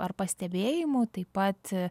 ar pastebėjimų taip pat